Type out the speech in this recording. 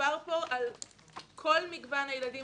שמדובר פה על כל מגוון הילדים